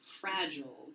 fragile